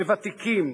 וותיקים,